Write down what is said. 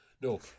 No